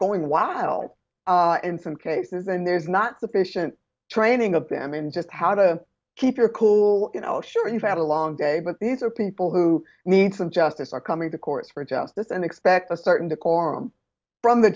going wild in some cases and there's not sufficient training of them in just how to keep your cool you know sure you've had a long day but these are people who need some justice are coming to court for justice and expect a certain decorum from the